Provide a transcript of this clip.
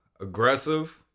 aggressive